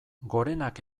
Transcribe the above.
gorenak